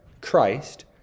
Christ